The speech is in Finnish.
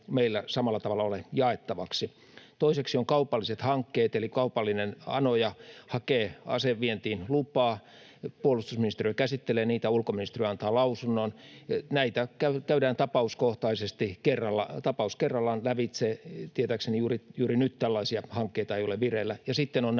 meillä samalla tavalla ole jaettavaksi. Toiseksi on kaupalliset hankkeet, eli kaupallinen anoja hakee asevientiin lupaa. Puolustusministeriö käsittelee niitä, ulkoministeriö antaa lausunnon, näitä käydään tapauskohtaisesti, tapaus kerrallaan lävitse, ja tietääkseni juuri nyt tällaisia hankkeita ei ole vireillä. Ja sitten on